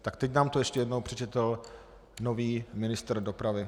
Tak teď nám to ještě jednou přečetl nový ministr dopravy.